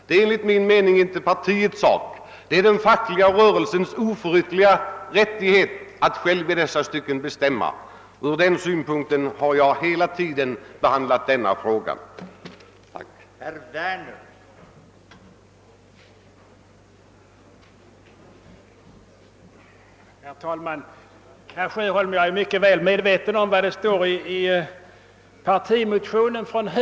Det är enligt min mening inte partiets angelägenhet, utan det är den fackliga rörelsens oförytterliga rättighet att själv bestämma i dessa stycken. Jag har hela tiden behandlat denna fråga ur den synvinkeln.